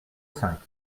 cinq